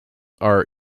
are